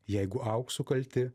jeigu auksu kalti